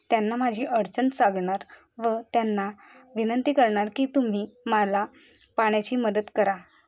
त्यांना माझी अडचण सांगणार व त्यांना विनंती करणार की तुम्ही मला पाण्याची मदत करा